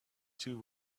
two